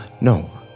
No